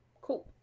Cool